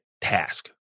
task